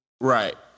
Right